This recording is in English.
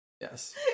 Yes